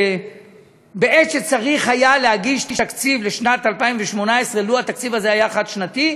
בעת שצריך היה להגיש תקציב לשנת 2018 לו התקציב הזה היה חד-שנתי,